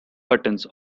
buttons